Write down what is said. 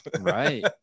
right